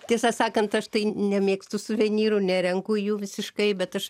tiesą sakant aš nemėgstu suvenyrų nerenku jų visiškai bet aš